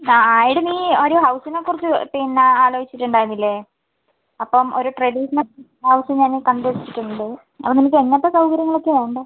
അ എടീ നീ ഒരു ഹൗസിനെ കുറിച്ച് പിന്നെ ആലോചിച്ചിട്ടുണ്ടായിരുന്നില്ലേ അപ്പം ഒരു ട്രഡീഷണൽ ഹൗസ് ഞാൻ കണ്ട് വെച്ചിട്ടുണ്ട് അത് നിനക്ക് എങ്ങത്തെ സൗകര്യങ്ങളൊക്കെ വേണ്ടെ